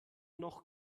noch